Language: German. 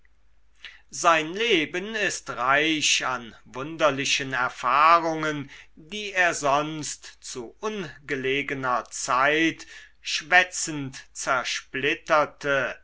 sein leben ist reich an wunderlichen erfahrungen die er sonst zu ungelegener zeit schwätzend zersplitterte